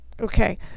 Okay